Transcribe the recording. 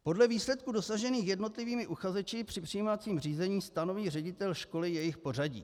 Podle výsledků dosažených jednotlivými uchazeči při přijímacím řízení stanoví ředitel školy jejich pořadí.